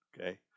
Okay